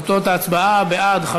תוצאות ההצבעה: בעד,